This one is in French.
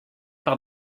par